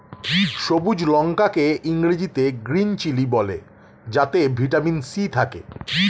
সবুজ লঙ্কা কে ইংরেজিতে গ্রীন চিলি বলে যাতে ভিটামিন সি থাকে